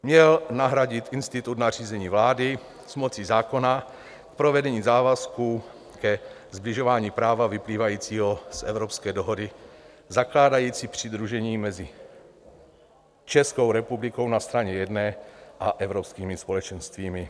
Měl nahradit institut nařízení vlády s mocí zákona k provedení závazku ke sbližování práva vyplývajícího z Evropské dohody zakládající přidružení mezi Českou republikou na straně jedné a Evropskými společenstvími.